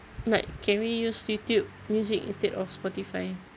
like can we use YouTube music instead of Spotify